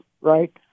right